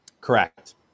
Correct